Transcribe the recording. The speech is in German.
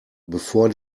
bevor